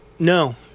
No